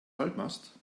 halbmast